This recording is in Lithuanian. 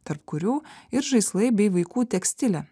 tarp kurių ir žaislai bei vaikų tekstilė